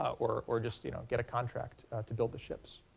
ah or or just you know get a contract to build the ships.